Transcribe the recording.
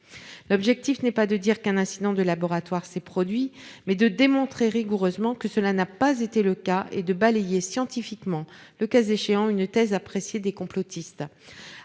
L'objectif est non pas de dire qu'un incident de laboratoire s'est produit, mais de démontrer rigoureusement que cela n'a pas été le cas et de balayer scientifiquement, le cas échéant, une thèse appréciée des complotistes.